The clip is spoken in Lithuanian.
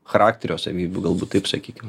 charakterio savybių galbūt taip sakykim